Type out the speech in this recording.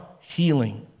healing